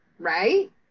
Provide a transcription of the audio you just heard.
right